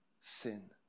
sin